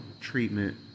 treatment